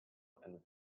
and